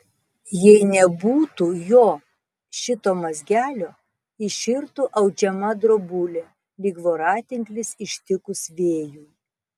jei nebūtų jo šito mazgelio iširtų audžiama drobulė lyg voratinklis ištikus vėjui